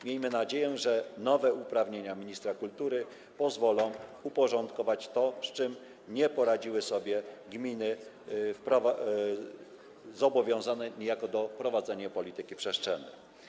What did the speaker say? Miejmy nadzieję, że nowe uprawnienia ministra kultury pozwolą uporządkować to, z czym nie poradziły sobie gminy, niejako zobowiązane do prowadzenia polityki przestrzennej.